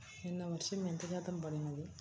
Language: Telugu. నిన్న వర్షము ఎంత శాతము పడినది?